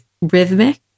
rhythmic